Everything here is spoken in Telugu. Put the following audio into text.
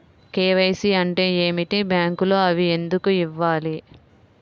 కే.వై.సి అంటే ఏమిటి? బ్యాంకులో అవి ఎందుకు ఇవ్వాలి?